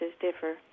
differ